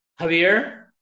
Javier